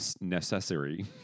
necessary